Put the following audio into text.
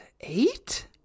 eight